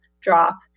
drop